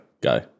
go